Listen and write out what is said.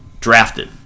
drafted